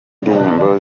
ndirimbo